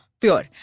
Pure